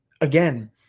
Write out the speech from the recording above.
again